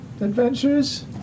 adventures